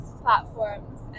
platforms